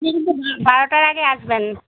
কিন্তু হ্যাঁ বারোটার আগে আসবেন